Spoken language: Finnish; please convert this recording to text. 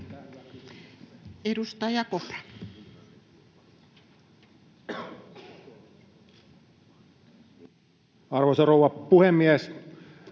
Edustaja Kurvinen. Arvoisa rouva puhemies!